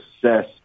success